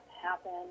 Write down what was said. happen